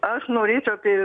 aš norėčiau apie